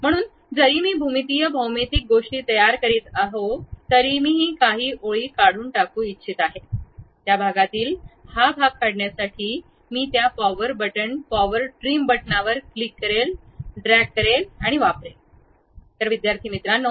म्हणून जरी मी भूमितीय भौमितिक गोष्टी तयार करीत आहे तरीही मी काही ओळी काढून टाकू इच्छित आहे त्या भागातील भाग काढण्यासाठी मी त्या पॉवर बटण पॉवर ट्रिम बटणावर क्लिक ड्रॅग करण्यासाठी वापरू शकतो